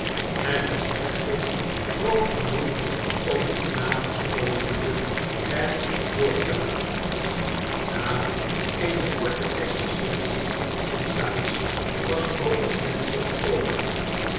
het was echter groot genoeg om een knaap a's olivier er door te laten na eene korte exercitie van sikes was ook het venster geopend